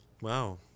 Wow